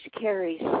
carries